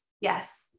yes